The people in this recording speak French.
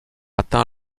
atteint